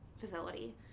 facility